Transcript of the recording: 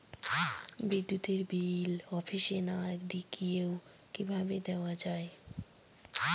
বিদ্যুতের বিল অফিসে না গিয়েও কিভাবে দেওয়া য়ায়?